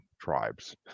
tribes